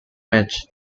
match